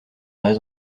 avait